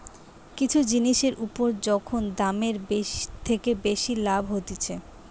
কিছু জিনিসের উপর যখন দামের থেকে বেশি লাভ হতিছে